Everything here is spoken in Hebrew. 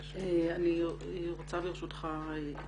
אני רוצה ברשותך,